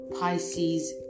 Pisces